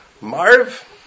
Marv